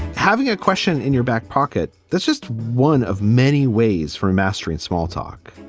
having a question in your back pocket, that's just one of many ways for mastering small talk.